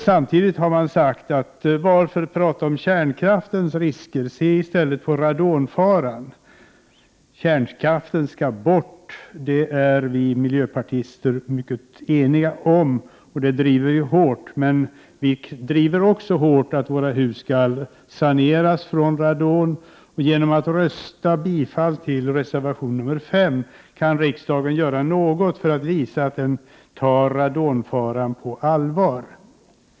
Det har i detta sammanhang sagts: ”Varför prata om riskerna med kärnkraften — se i stället på radonfaran!” Kärnkraften skall bort — det är vi miljöpartister mycket eniga om, och den frågan driver vi hårt. Men vi driver också mycket hårt kravet på att våra hus skall saneras från radon. Genom att rösta för reservation 1 kan riksdagens ledamöter göra något för att visa att de tar radonfaran på allvar.